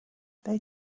they